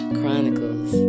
Chronicles